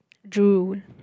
zoo